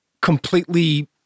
completely